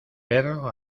perro